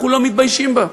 אנחנו לא מתביישים בה,